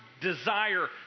desire